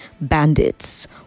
bandits